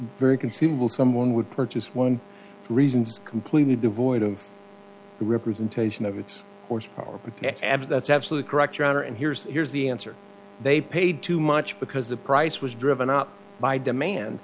very conceivable someone would purchase one reasons completely devoid of the representation of its horse power plant abs that's absolutely correct your honor and here's here's the answer they paid too much because the price was driven up by demand